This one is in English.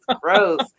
gross